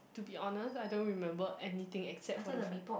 to be honest I don't remember anything except for the fare